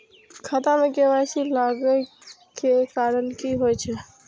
खाता मे के.वाई.सी लागै के कारण की होय छै?